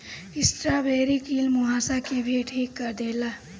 strawberry कील मुंहासा के भी ठीक कर देला